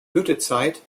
blütezeit